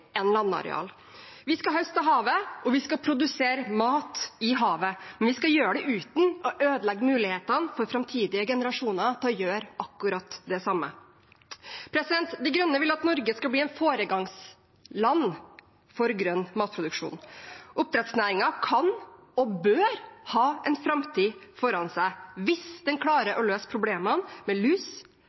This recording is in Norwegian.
enn landareal. Vi skal høste av havet, og vi skal produsere mat i havet, men vi skal gjøre det uten å ødelegge muligheten for at framtidige generasjoner kan gjøre akkurat det samme. De Grønne vil at Norge skal bli et foregangsland for grønn matproduksjon. Oppdrettsnæringen kan og bør ha en framtid foran seg, hvis den klarer å løse problemene med lus,